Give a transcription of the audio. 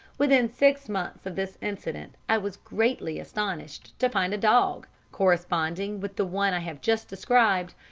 within six months of this incident i was greatly astonished to find a dog, corresponding with the one i have just described,